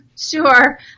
sure